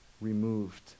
removed